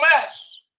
mess